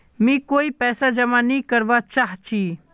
मी कोय पैसा जमा नि करवा चाहची